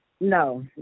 No